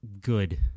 good